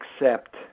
accept